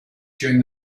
during